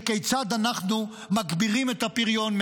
כיצד אנחנו מגבירים את הפריון,